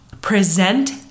present